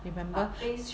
remember